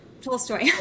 Tolstoy